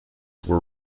were